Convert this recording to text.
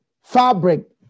fabric